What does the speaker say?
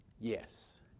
Yes